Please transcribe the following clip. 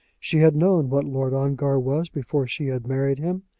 she had known what lord ongar was before she had married him,